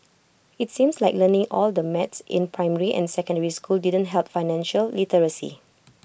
it's seems like learning all the math in primary and secondary school didn't help financial literacy